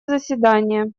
заседание